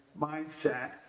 mindset